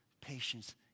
patience